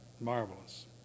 Marvelous